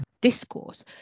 discourse